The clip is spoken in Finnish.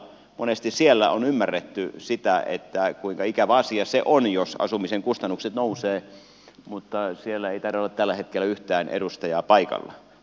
monesti siellä on ymmärretty kuinka ikävä asia se on jos asumisen kustannukset nousevat mutta siellä ei taida olla tällä hetkellä yhtään edustajaa paikalla